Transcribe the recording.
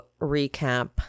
recap